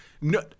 no